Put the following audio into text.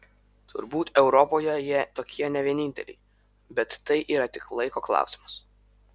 turbūt europoje jie tokie ne vieninteliai bet tai yra tik laiko klausimas